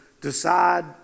decide